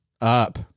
Up